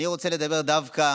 אני רוצה לדבר דווקא